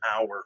hour